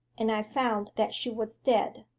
and i found that she was dead.